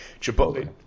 Chipotle